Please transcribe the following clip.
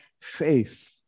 faith